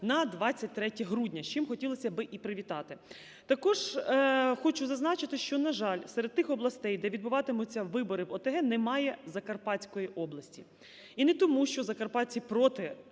на 23 грудня, з чим хотілося би і привітати. Також хочу зазначити, що, на жаль, серед тих областей, де відбуватимуться вибори в ОТГ, немає Закарпатської області. І не тому, що закарпатці проти